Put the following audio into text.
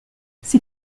ces